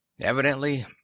evidently